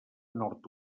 nord